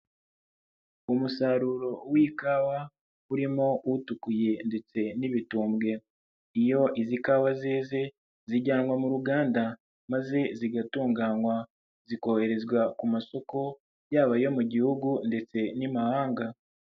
Umusaruro w'ikawa urimo utukuye ndetse n'ibitumbwe, iyo izi kawa zeze zijyanwa mu ruganda maze zigatunganywa zikoherezwa ku masoko, yaba ayo mu Gihugu ndetse n'imahanga.